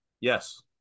Yes